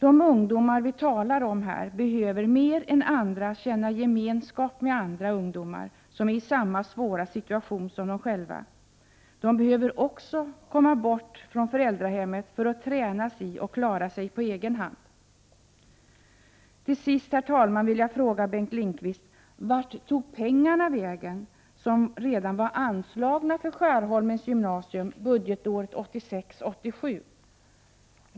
De ungdomar vi talar om behöver mer än andra känna gemenskap med andra ungdomar som är i samma svåra situation som de själva. De behöver också komma bort från föräldrahemmet för att tränas i att klara sig på egen hand. Till sist, herr talman, vill jag fråga Bengt Lindqvist: Vart tog de pengar vägen som redan var anslagna för Skärholmens gymnasium budgetåret 1986/87?